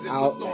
out